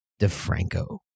DeFranco